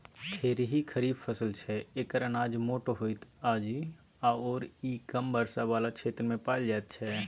खेरही खरीफ फसल छै एकर अनाज मोट होइत अछि आओर ई कम वर्षा बला क्षेत्रमे पाएल जाइत छै